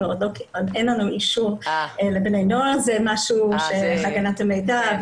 עוד אין לנו אישור לבני נוער מאחר שמדובר בהגנת המידע.